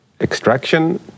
extraction